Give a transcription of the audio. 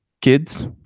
kids